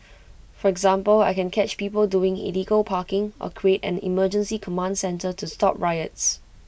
for example I can catch people doing illegal parking or create an emergency command centre to stop riots